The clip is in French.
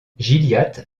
gilliatt